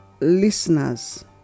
listeners